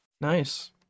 nice